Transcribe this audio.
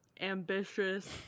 ambitious